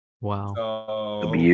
wow